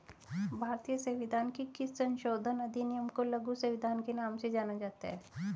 भारतीय संविधान के किस संशोधन अधिनियम को लघु संविधान के नाम से जाना जाता है?